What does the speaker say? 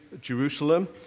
Jerusalem